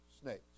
snakes